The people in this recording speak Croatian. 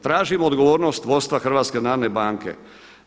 Tražimo odgovornost vodstva HNB-a.